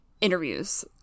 interviews